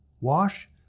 Wash